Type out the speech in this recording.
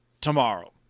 tomorrow